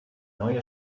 neue